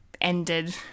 ended